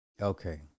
Okay